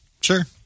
sure